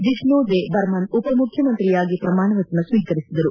ಜಿಷ್ಣು ದೇಬರ್ಮನ್ ಉಪ ಮುಖ್ಯಮಂತ್ರಿಯಾಗಿ ಪ್ರಮಾಣವಚನ ಸ್ವೀಕರಿಸಿದರು